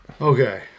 Okay